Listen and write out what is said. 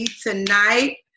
tonight